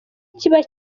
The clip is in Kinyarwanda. kiba